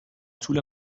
طول